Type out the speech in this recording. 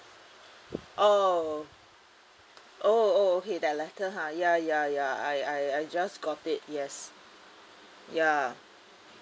oh oh oh okay that letter ha ya ya ya I I I just got it yes ya